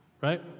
Right